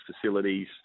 facilities